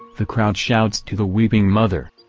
the crowd shouts to the weeping mother.